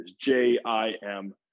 J-I-M